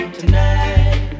tonight